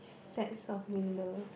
sets of windows